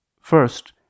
First